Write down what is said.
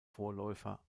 vorläufer